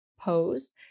pose